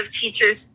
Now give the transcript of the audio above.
teachers